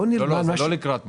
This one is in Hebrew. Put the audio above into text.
זה לא לקראת מחר.